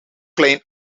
klein